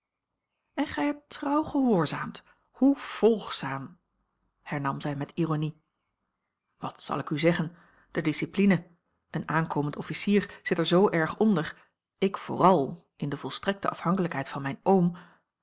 en gij hebt trouw gehoorzaamd hoe volgzaam hernam zij met ironie wat zal ik u zeggen de discipline een aankomend officier zit er zoo erg onder ik vooral in de volstrekte afhankelijkheid van mijn oom